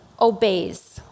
obeys